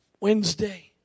Wednesday